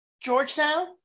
Georgetown